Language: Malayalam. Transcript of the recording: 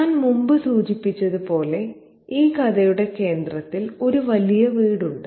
ഞാൻ മുമ്പ് സൂചിപ്പിച്ചതുപോലെ ഈ കഥയുടെ കേന്ദ്രത്തിൽ ഒരു വലിയ വീടുണ്ട്